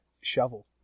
shovel